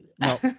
No